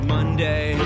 Monday